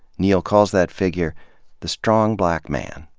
neal calls that figure the strong black man.